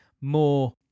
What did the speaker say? more